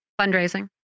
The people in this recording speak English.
Fundraising